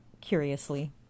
curiously